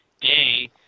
day